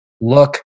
look